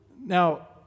Now